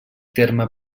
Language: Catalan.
terme